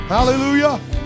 Hallelujah